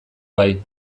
bai